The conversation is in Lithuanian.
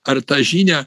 ar tą žinią